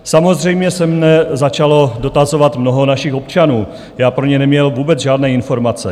Samozřejmě se mě začalo dotazovat mnoho našich občanů, já pro ně neměl vůbec žádné informace.